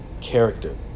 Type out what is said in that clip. character